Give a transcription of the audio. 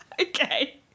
Okay